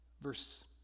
Verse